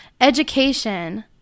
Education